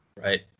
Right